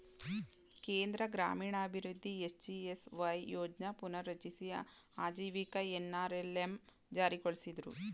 ಕೇಂದ್ರ ಗ್ರಾಮೀಣಾಭಿವೃದ್ಧಿ ಎಸ್.ಜಿ.ಎಸ್.ವೈ ಯೋಜ್ನ ಪುನರ್ರಚಿಸಿ ಆಜೀವಿಕ ಎನ್.ಅರ್.ಎಲ್.ಎಂ ಜಾರಿಗೊಳಿಸಿದ್ರು